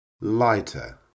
Lighter